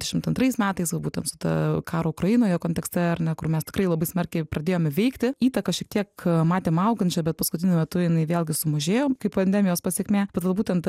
dvidešimt antrais metais būt tensu ta karo ukrainoje kontekste ar ne kur mes tikrai labai smarkiai pradėjom veikti įtaka šiek tiek matėm augančią bet paskutiniu metu jinai vėlgi sumažėjo kai pandemijos pasekmė bet va būtent